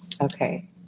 Okay